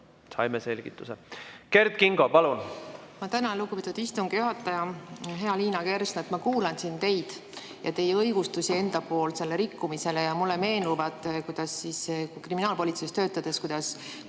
Saime selgituse. Kert Kingo, palun!